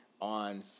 on